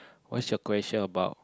what's your question about